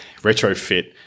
retrofit